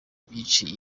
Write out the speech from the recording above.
byinshi